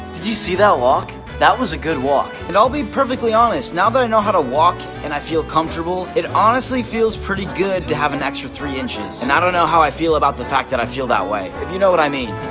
did you see that walk? that was a good walk. and i'll be perfectly honest, now that i know how to walk, and i feel comfortable, it honestly feels pretty good to have an extra three inches. and i don't know how i feel about the fact that i feel that way, if you know what i mean.